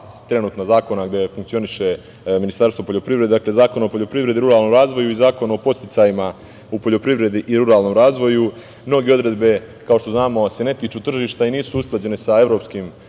trenutna zakona, gde funkcioniše Ministarstvo poljoprivrede, dakle Zakon o poljoprivredi i ruralnom razvoju i Zakon o podsticajima u poljoprivredi i ruralnom razvoju, mnoge odredbe, kao što znamo se ne tiču tržišta i nisu usklađene sa evropskim